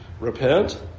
repent